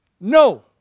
No